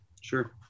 Sure